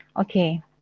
okay